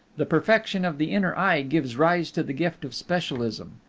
the perfection of the inner eye gives rise to the gift of specialism.